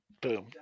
Boom